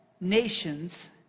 nations